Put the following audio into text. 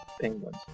penguins